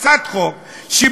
הצעת חוק שבאה